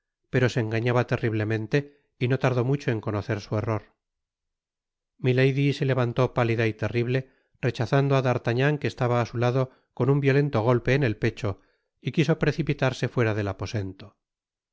pero se engañaba terriblemente y no tardó mucho en conocer su error milady se levantó pálida y terrible rechazando á d'artagnan que estaba á su lado con un violento golpe en el pecho y quiso precipitarse fuera del aposento